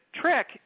trick